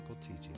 teaching